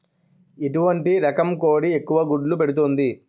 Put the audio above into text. ఎటువంటి రకం కోడి ఎక్కువ గుడ్లు పెడుతోంది?